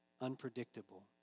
unpredictable